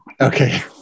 Okay